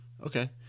Okay